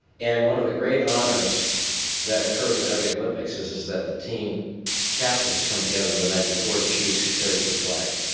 and one of the great honors that occurs at every olympics is is that the team captains come together the night before to choose who carries the flag.